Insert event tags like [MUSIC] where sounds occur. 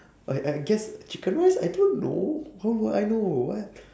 [BREATH] I I guess chicken rice I don't know how would I know what